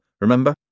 Remember